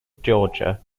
georgia